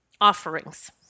offerings